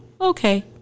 okay